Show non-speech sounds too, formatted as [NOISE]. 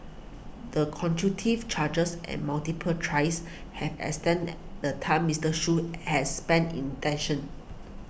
the [UNINTELLIGIBLE] charges and multiple tries have extended the time Mister Shoo has spent in tension